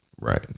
Right